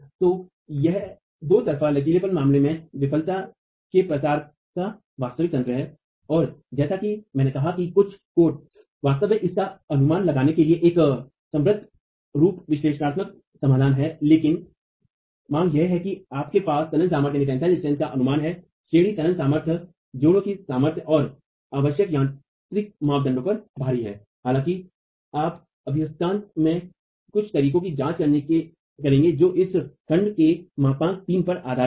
तो यह दो तरफा लचीलेपन मामले में विफलता के प्रसार का वास्तविक तंत्र है और जैसा कि मैंने कहा कि कुछ कोड वास्तव में इस का अनुमान लगाने के लिए एक संवृत रूप विश्लेषणात्मक समाधान है लेकिन मांग यह है कि आपके पास तनन सामर्थ्य का अनुमान है श्रेणीश्रंखला तनन सामर्थ्य जोड़ों की सामर्थ्य और आवश्यक यांत्रिक मापदंडों पर भारी है